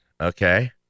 okay